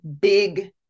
big